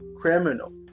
criminal